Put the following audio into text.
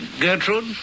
Gertrude